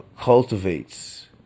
cultivates